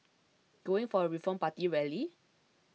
going for a Reform Party rally